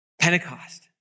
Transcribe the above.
Pentecost